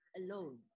alone